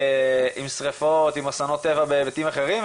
עם שריפות, עם אסונות טבע בהיבטים אחרים.